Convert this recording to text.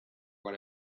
what